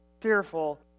fearful